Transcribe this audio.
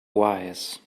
wise